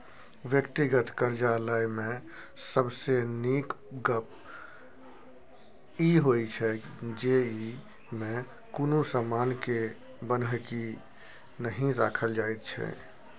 व्यक्तिगत करजा लय मे सबसे नीक गप ई होइ छै जे ई मे कुनु समान के बन्हकी नहि राखल जाइत छै